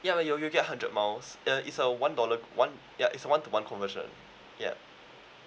ya you'll you'll you'll get hundred miles uh is a one dollar one ya it's a one to one conversion ya